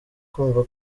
kumva